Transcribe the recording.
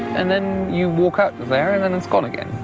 and then you walk out of there and then it's gone again.